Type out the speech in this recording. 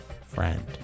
friend